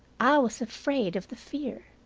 i was afraid of the fear.